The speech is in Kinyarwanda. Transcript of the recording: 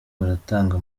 baratanga